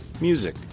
Music